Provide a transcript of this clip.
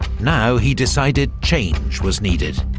now he decided change was needed.